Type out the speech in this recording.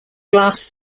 glass